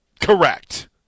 Correct